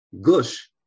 Gush